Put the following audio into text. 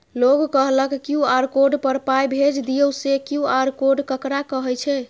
लोग कहलक Q R code पर पाय भेज दियौ से क्यू.आर कोड ककरा कहै छै?